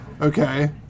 Okay